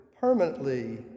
permanently